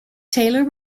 taylor